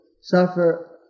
suffer